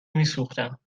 میسوختم